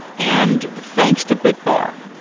and thanks to bitbar.